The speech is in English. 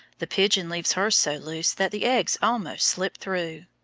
the pigeon leaves hers so loose that the eggs almost slip through.